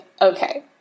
okay